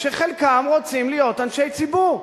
כשחלקם רוצים להיות אנשי ציבור.